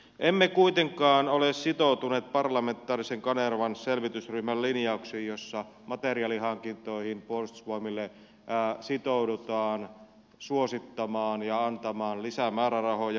emme kuitenkaan ole sitoutuneet kanervan parlamentaarisen selvitysryhmän linjauksiin joissa materiaalihankintoihin puolustusvoimille sitoudutaan suosittamaan ja antamaan lisämäärärahoja